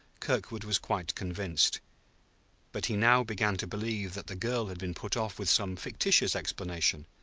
kirkwood was quite convinced but he now began to believe that the girl had been put off with some fictitious explanation.